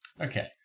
Okay